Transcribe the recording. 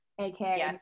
aka